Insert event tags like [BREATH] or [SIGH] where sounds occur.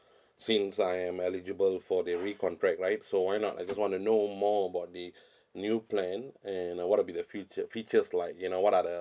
since I am eligible for the recontract right so why not I just want to know more about the [BREATH] new plan and uh what'll be the feature features like you know what are the